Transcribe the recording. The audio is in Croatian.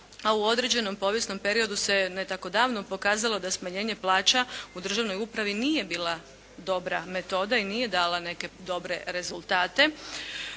a u određenom povijesnom periodu se ne tako davno pokazalo da smanjenje plaća u državnoj upravi nije bila dobra metoda i nije dala neke dobre rezultate.